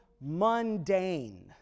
mundane